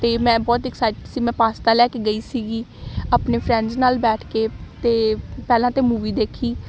ਅਤੇ ਮੈਂ ਬਹੁਤ ਐਕਸਾਈਟ ਸੀ ਮੈਂ ਪਾਸਤਾ ਲੈ ਕੇ ਗਈ ਸੀਗੀ ਆਪਣੇ ਫਰੈਂਡਸ ਨਾਲ ਬੈਠ ਕੇ ਅਤੇ ਪਹਿਲਾਂ ਤਾਂ ਮੂਵੀ ਦੇਖੀ